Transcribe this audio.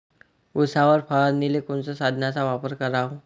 उसावर फवारनीले कोनच्या साधनाचा वापर कराव?